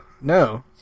No